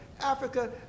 Africa